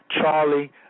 Charlie